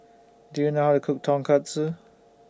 Do YOU know How to Cook Tonkatsu